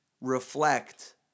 Reflect